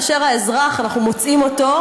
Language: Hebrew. כאשר אנחנו מוצאים את האזרח,